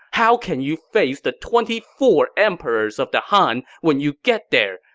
how can you face the twenty four emperors of the han when you get there!